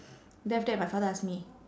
then after that my father ask me